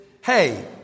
hey